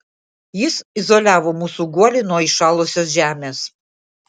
jis izoliavo mūsų guolį nuo įšalusios žemės